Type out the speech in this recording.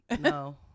No